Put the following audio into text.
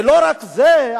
ולא רק זה,